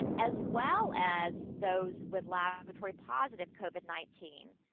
as well as those with laboratory positive covid nineteen.